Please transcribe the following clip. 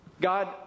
God